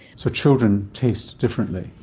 so children taste differently?